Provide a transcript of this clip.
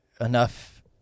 enough